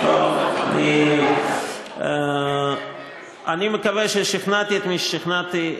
יכולים, אני מקווה ששכנעתי את מי ששכנעתי.